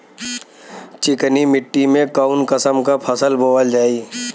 चिकनी मिट्टी में कऊन कसमक फसल बोवल जाई?